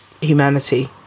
humanity